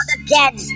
again